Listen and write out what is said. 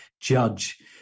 judge